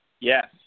Yes